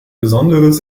besonderes